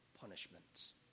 punishments